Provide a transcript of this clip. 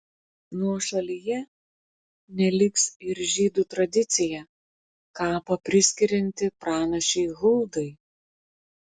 nuošalyje neliks ir žydų tradicija kapą priskirianti pranašei huldai